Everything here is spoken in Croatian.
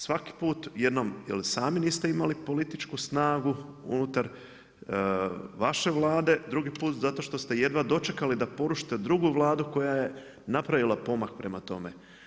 Svaki put jednom ili sami niste imali političku snagu unutar vaše Vlade, drugi put zato što ste jedva dočekali drugu Vladu koja je napravila pomak prema tome.